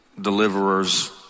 deliverers